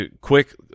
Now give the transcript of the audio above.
quick